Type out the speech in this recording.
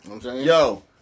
Yo